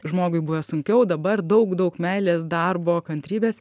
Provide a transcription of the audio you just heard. žmogui buvę sunkiau dabar daug daug meilės darbo kantrybės